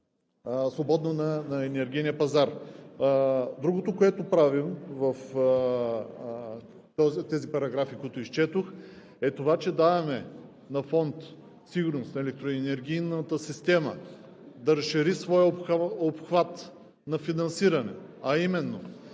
свободно на енергийния пазар. Другото, което правим с тези параграфи, които изчетох, е, че даваме на Фонд „Сигурност на електроенергийната система“ да разшири своя обхват на финансиране, а именно